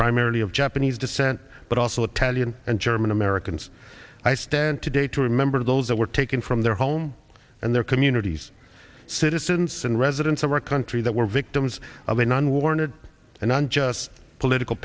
primarily of japanese descent but also italian and german americans i stand today to remember those that were taken from their home and their communities citizens and residents of our country that were victims of a non warner and not just political